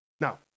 Now